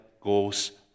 goes